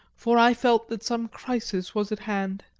for i felt that some crisis was at hand.